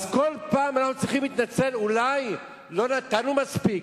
אז כל פעם אנחנו צריכים להתנצל אולי לא נתנו מספיק,